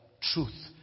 truth